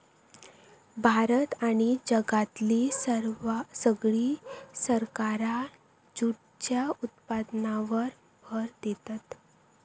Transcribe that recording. भारत आणि जगातली सगळी सरकारा जूटच्या उत्पादनावर भर देतत